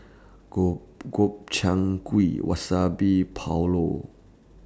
Gobchang Gui Wasabi Pulao